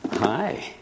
Hi